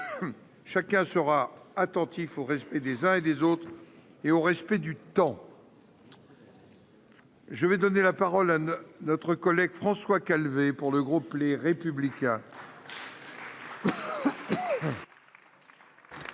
Chacun sera attentif au respect des uns et des autres et au respect du temps. La parole est à M. François Calvet, pour le groupe Les Républicains.